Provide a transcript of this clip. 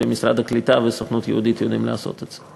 ומשרד הקליטה והסוכנות היהודית יודעים לעשות את זה.